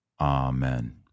Amen